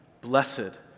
blessed